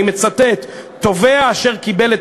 ואני מצטט ממנה: "תובע אשר קיבל את